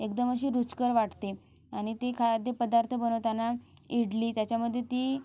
एकदम अशी रुचकर वाटते आणि ती खा ते पदार्थ बनवताना इडली त्याच्यामध्ये ती